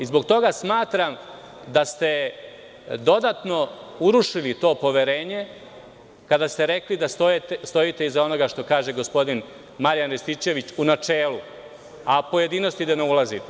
Zbog toga smatram da ste dodatno urušili to poverenje, kada ste rekli da stojite iza onoga što kaže gospodin Marjan Rističević u načelu, a u pojedinosti da ne ulazite.